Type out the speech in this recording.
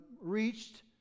reached